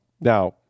Now